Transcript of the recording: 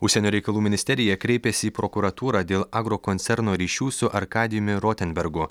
užsienio reikalų ministerija kreipėsi į prokuratūrą dėl agrokoncerno ryšių su arkadijumi rotenbergu